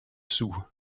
sous